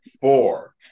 Four